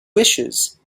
wishes